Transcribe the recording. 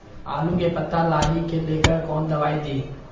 आलू के पत्ता लाही के लेकर कौन दवाई दी?